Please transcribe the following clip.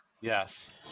Yes